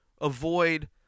avoid